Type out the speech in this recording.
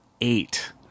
eight